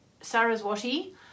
Saraswati